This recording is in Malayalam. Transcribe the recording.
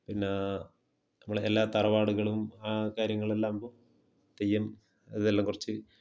പിന്നെ നമ്മളെ എല്ലാ തറവാടുകളും ആ കാര്യങ്ങളെല്ലാവുമ്പോൾ തെയ്യം അതെല്ലാം കുറച്ച്